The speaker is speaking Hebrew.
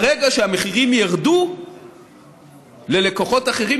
ברגע שהמחירים ירדו ללקוחות אחרים,